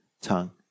tongue